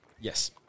Yes